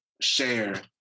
share